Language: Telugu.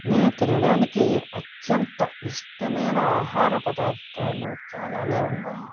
నేను తినడానికి అత్యంత ఇష్టమైన ఆహార పదార్ధాలు చాలానే ఉన్నాయి